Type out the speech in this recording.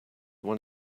one